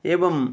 एवं